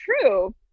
true